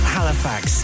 Halifax